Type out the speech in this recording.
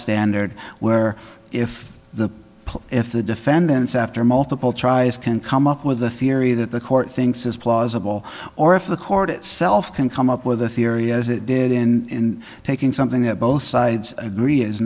standard where if the if the defendants after multiple tries can come up with a theory that the court thinks is plausible or if the court itself can come up with a theory as it did in taking something that both sides agree is